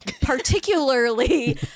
particularly